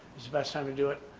is the best time to do it.